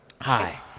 Hi